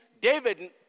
David